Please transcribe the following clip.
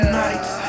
nights